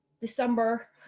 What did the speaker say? December